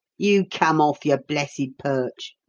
you come off your blessed perch.